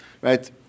right